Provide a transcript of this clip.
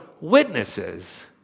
witnesses